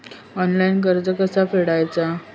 Online कर्ज कसा फेडायचा?